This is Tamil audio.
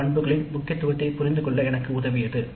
பண்பின் முக்கியத்துவத்தைப் புரிந்துகொள்ள எனக்கு உதவியது "